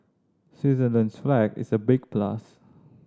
Switzerland's flag is a big plus